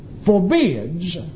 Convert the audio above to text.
forbids